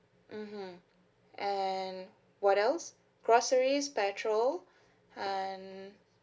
mmhmm and what else groceries petrol and